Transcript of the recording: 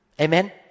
Amen